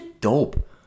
dope